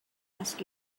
ask